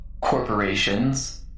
corporations